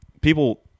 people